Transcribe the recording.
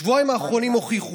השבועיים האחרונים הוכיחו: